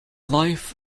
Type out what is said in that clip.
life